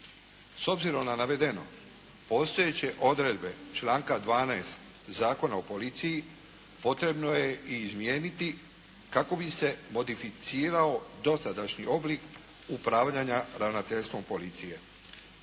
S obzirom na navedeno postojeće odredbe članka 12. Zakona o policiji potrebno je izmijeniti kako bi se modificirao dosadašnji oblik upravljanja ravnateljstvom policije.